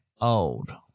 old